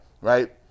right